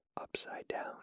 upside-down